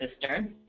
sister